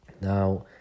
Now